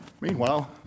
meanwhile